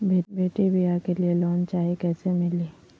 बेटी ब्याह के लिए लोन चाही, कैसे मिली?